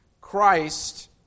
Christ